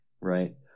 right